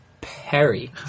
Perry